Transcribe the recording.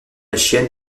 chienne